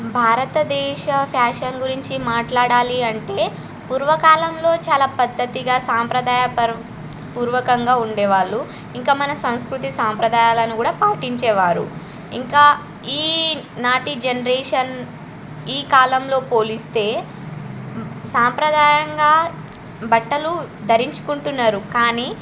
భారతదేశ ఫ్యాషన్ గురించి మాట్లాడాలి అంటే పూర్వకాలంలో చాలా పద్ధతిగా సాంప్రదాయ పూర్వకంగా ఉండేవాళ్ళు ఇంకా మన సంస్కృతి సాంప్రదాయాలను కూడా పాటించేవారు ఇంకా ఈ నాటి జనరేషన్ ఈ కాలంలో పోలిస్తే సాంప్రదాయంగా బట్టలు ధరించుకుంటున్నారు కానీ